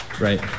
Right